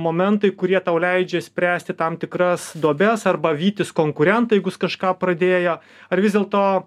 momentai kurie tau leidžia spręsti tam tikras duobes arba vytis konkurentą jeigu jis kažką pradėjo ar vis dėlto